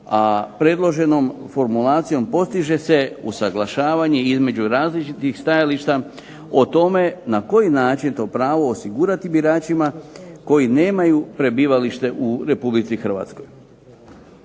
a predloženom formulacijom postiže se usuglašavanje između različitih stajališta o tome na koji način to pravo osigurati biračima koji nemaju prebivalište u Republici Hrvatskoj.